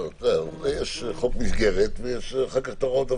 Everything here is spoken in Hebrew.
יש חוק מסגרת ויש אחר כך את הוראות המפקח.